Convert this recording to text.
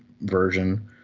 version